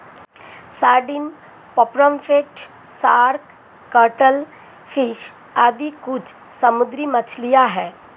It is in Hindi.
sardine, pomfret, shark, cuttlefish आदि कुछ समुद्री मछलियाँ हैं